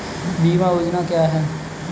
बीमा योजना क्या है?